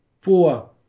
four